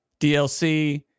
DLC